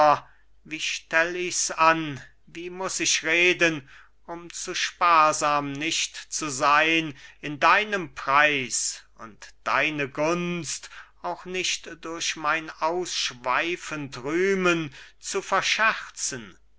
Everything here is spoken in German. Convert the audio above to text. wie stell ich's an wie muß ich reden um zu sparsam nicht zu sein in deinem preis und deine gunst auch nicht durch mein ausschweifend rühmen zu verscherzen